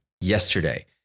yesterday